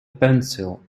pencil